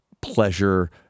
pleasure